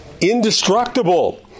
indestructible